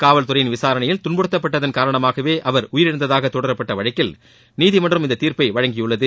காவல்துறையின் விசாரணையில் துன்புறுத்தப்பட்டதன் காரணமாகவே அவர் உயிரிழந்ததாக தொடரப்பட்ட வழக்கில் நீதிமன்றம் இந்த தீர்ப்பை வழங்கியுள்ளது